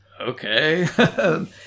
okay